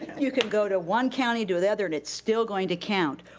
you can go to one county to another, and it's still going to count,